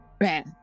Man